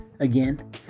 again